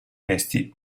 testi